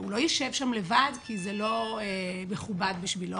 והוא לא יישב שם לבד כי זה לא מכובד בשבילו